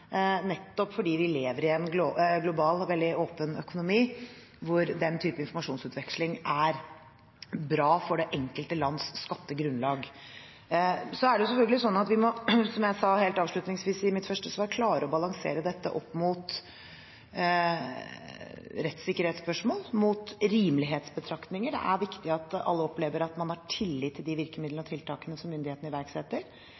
nettopp fordi vi lever i en global og veldig åpen økonomi hvor den typen informasjonsutveksling er bra for det enkelte lands skattegrunnlag. Så er det selvfølgelig sånn at vi må, som jeg sa helt avslutningsvis i mitt første svar, klare å balansere dette opp mot rettssikkerhetsspørsmål, mot rimelighetsbetraktninger. Det er viktig at alle opplever at man har tillit til de virkemidlene og tiltakene som myndighetene iverksetter.